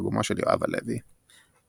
בתרגומו של יואב הלוי אנוכי,